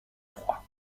trois